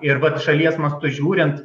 ir vat šalies mastu žiūrint